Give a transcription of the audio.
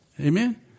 Amen